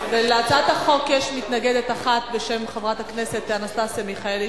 להצעת החוק יש מתנגדת אחת בשם חברת הכנסת אנסטסיה מיכאלי,